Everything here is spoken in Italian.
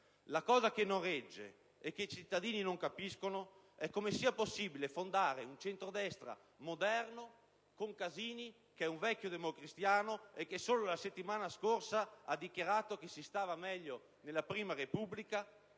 La cosa che non regge e che i cittadini non capiscono è come sia possibile fondare un centrodestra moderno con Casini, che è un vecchio democristiano e che solo la settimana scorsa ha dichiarato che si stava meglio nella Prima Repubblica,